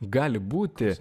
gali būti